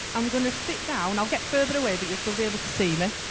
i'm gonna sit down i'll get further away, but you'll still be able to see me